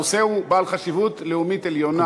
הנושא הוא בעל חשיבות לאומית עליונה.